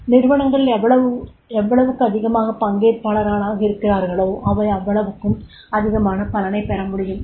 நிறுவனங்கள் எவ்வளவுக்கதிகமாக பங்கேற்பாளர்களாக இருக்கிறார்களோ அவை அவ்வளவுக்கும் அதிகமான பலனைப்பெற முடியும்